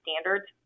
standards